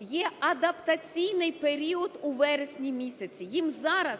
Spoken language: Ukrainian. є адаптаційний період у вересні місяці. Їм зараз